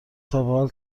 تابحال